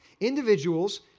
Individuals